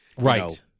Right